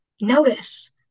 Notice